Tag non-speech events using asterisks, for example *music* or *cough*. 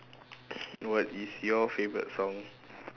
*noise* what is your favorite song